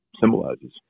symbolizes